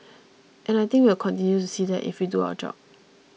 and I think we'll continue to see that if we do our job